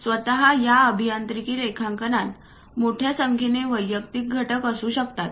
सामान्यत या अभियांत्रिकी रेखांकनात मोठ्या संख्येने वैयक्तिक घटक असू शकतात